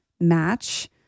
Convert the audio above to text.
match